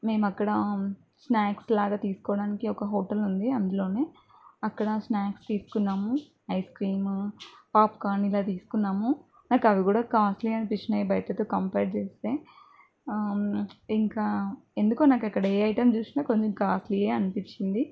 మేమక్కడ snacks లాగా తీసుకోడానికి ఒక హోటల్ ఉంది అందులోనే అక్కడ స్నాక్స్ తీసుకున్నాము ఐస్క్రీమ్ పాప్కాన్ ఇలా తీసుకున్నాము నాకు అవి కూడా కాస్ట్లీ అనిపించినాయి బయటతో కంపేర్ చేస్తే ఇంకా ఎందుకో నాకక్కడ ఏ ఐటమ్ చూసినా కొంచం కాస్ట్లీయే అనిపించింది